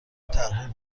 تغییر